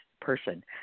person